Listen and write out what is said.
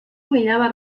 humillaba